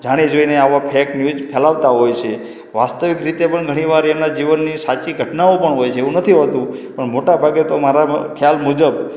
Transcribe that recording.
જાણી જોઈને અવા ફેક ન્યૂઝ ફેલાવતા હોય છે વાસ્તવિક રીતે પણ એનાં જીવનની સાચી ઘટનાઓ પણ હોય છે એવું નથી હોતું પણ મોટા ભાગે તો મારા મ ખ્યાલ મુજબ